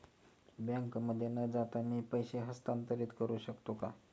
बँकेमध्ये न जाता मी पैसे हस्तांतरित करू शकतो का?